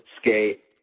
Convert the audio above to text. skate